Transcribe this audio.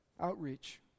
outreach